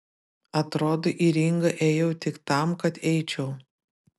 atrodo į ringą ėjau tik tam kad eičiau